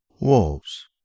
Wolves